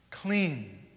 clean